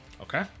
Okay